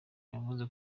yavuze